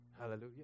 Hallelujah